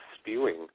spewing